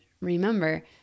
remember